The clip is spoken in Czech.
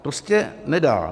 Prostě nedá!